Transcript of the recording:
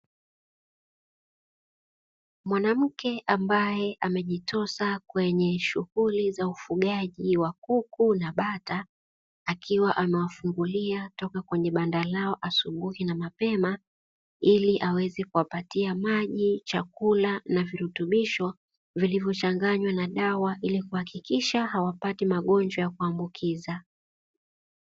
Mwanamke ambaye amejitosa kwenye shughuli za ufugaji wa kuku na bata, akiwa amewafungulia toka kwenye banda lao asubuhi na mapema ili aweze kuwapatia maji, chakula, na virutubisho vilivyochanganywa na dawa; ili kuhakikisha hawapati magonjwa ya kuambukiza.